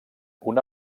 una